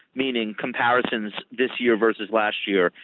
meaning comparisons, this year versus last year.